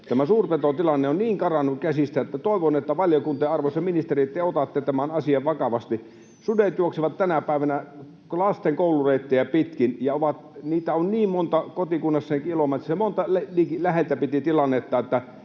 suurpetotilanne on niin karannut käsistä, että toivon, että te, valiokunta ja arvoisa ministeri, otatte tämän asian vakavasti. Sudet juoksevat tänä päivänä lasten koulureittejä pitkin, ja niitä läheltä piti -tilanteita